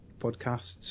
podcasts